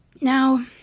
Now